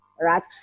right